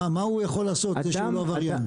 מה הוא יכול לעשות שהוא לא עבריין?